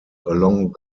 along